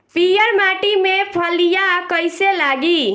पीयर माटी में फलियां कइसे लागी?